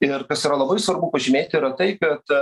ir kas yra labai svarbu pažymėti yra tai kad